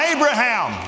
Abraham